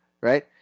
right